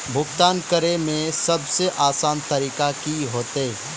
भुगतान करे में सबसे आसान तरीका की होते?